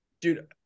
Dude